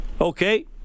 Okay